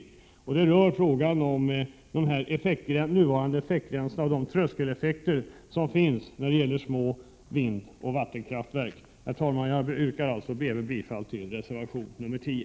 Reservationen berör frågan om de nuvarande effektgränserna och de tröskeleffekter som finns när det gäller små vindoch vattenkraftverk. Herr talman! Jag yrkar således även bifall till reservation nr 10.